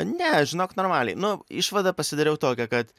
ne žinok normaliai nu išvadą pasidariau tokią kad